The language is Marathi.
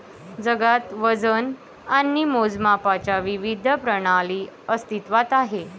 जगात वजन आणि मोजमापांच्या विविध प्रणाली अस्तित्त्वात आहेत